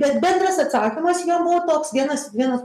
bet bendras atsakymas jo buvo toks vienas vienas